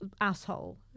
asshole